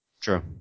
True